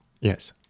Yes